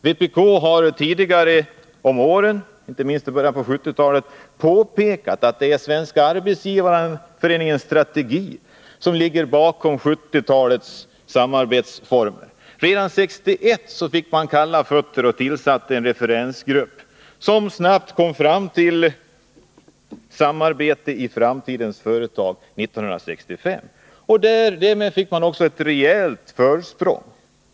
Vpk har under tidigare år, inte minst i början av 1970-talet, påpekat att det är Svenska arbetsgivareföreningens strategi som ligger bakom 1970-talets samarbetsformer. Redan 1961 fick man kalla fötter och tillsatte en referensgrupp, som år 1965 lade fram utredningen Samarbete i framtidens företag. Därmed fick SAF ett rejält försprång.